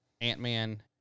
Ant-Man